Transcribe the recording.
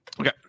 Okay